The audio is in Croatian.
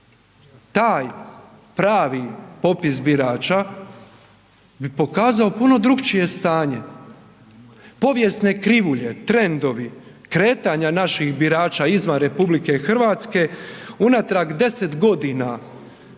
Taj pravi popis birača bi pokazao puno drukčije stanje, povijesne krivulje, trendovi kretanja naših birača izvan RH unatrag 10 godina